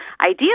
ideally